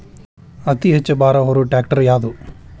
ಅತಿ ಹೆಚ್ಚ ಭಾರ ಹೊರು ಟ್ರ್ಯಾಕ್ಟರ್ ಯಾದು?